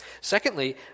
secondly